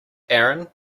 aaron